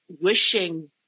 wishing